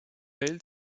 elle